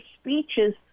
speeches